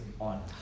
on